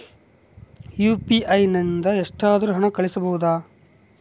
UPI ನಿಂದ ಎಷ್ಟಾದರೂ ಹಣ ಕಳಿಸಬಹುದಾ?